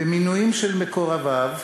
במינוי מקורביו,